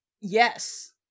Yes